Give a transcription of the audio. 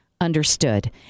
understood